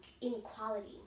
inequality